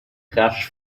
rasch